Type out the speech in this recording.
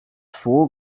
four